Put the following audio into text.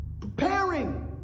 Preparing